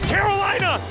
Carolina